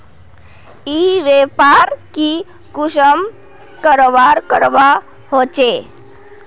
ई व्यापार की कुंसम करवार करवा होचे?